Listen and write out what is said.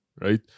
Right